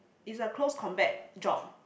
it's a close combat job